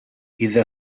اذا